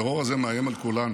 הטרור הזה מאיים על כולנו,